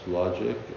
logic